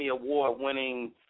Award-winning